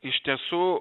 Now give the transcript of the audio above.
iš tiesų